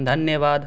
धन्यवाद